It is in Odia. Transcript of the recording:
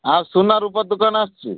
ଆଉ ସୁନା ରୂପା ଦୋକାନ ଆସିଛି